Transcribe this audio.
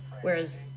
whereas